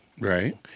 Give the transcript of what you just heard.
Right